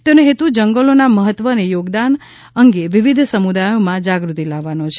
તેનો હેતુ જંગલોના મહત્વ અને યોગદાન અંગે વિવિધ સમુદાયોમાં જાગૃતિ લાવવાનો છે